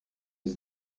iki